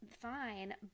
fine